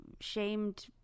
shamed